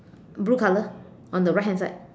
blue color on the right hand side